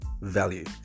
value